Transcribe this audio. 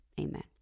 Amen